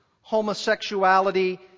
homosexuality